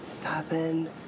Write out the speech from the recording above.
seven